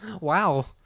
Wow